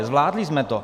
Zvládli jsme to.